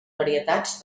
varietats